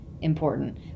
important